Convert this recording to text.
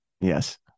Yes